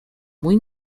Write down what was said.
muy